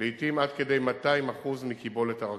לעתים עד כדי 200% של קיבולת הרכבות.